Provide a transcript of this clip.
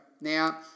Now